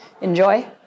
enjoy